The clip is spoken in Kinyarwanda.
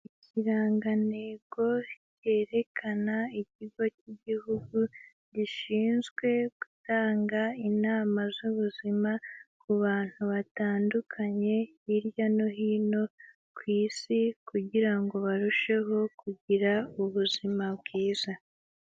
Ikirangantego cyerekana ikigo cy'Igihugu gishinzwe gutanga inama z'ubuzima ku bantu batandukanye hirya no hino ku isi kugira ngo barusheho kugira ubuzima bwiza.